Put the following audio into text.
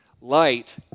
Light